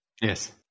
Yes